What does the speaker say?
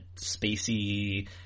spacey